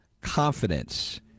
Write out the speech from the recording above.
confidence